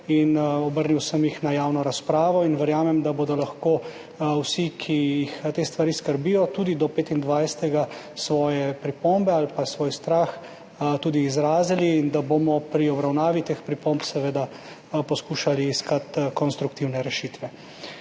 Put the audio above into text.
in obrnil sem jih na javno razpravo in verjamem, da bodo lahko vsi, ki jih te stvari skrbijo, do 25. svoje pripombe ali pa svoj strah tudi izrazili in da bomo pri obravnavi teh pripomb seveda poskušali iskati konstruktivne rešitve.